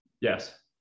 Yes